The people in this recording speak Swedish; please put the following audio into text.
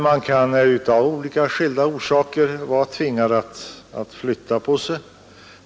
Man kan av skilda orsaker vara tvingad att flytta.